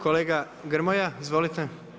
Kolega Grmoja, izvolite.